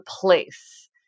place